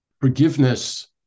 forgiveness